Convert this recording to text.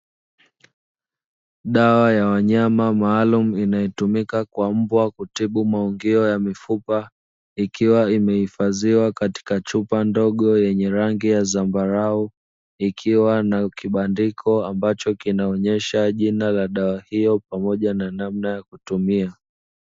Dawa ya wanyama maalumu inayotumika kwa mbwa kutibu maungio ya mifupa, ikiwa imehifadhiwa katika chupa ndogo yenye rangi ya zambarau, ikiwa na kibandiko kinachoonesha jina la dawa pamoja na namna ya kutumia.